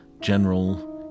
general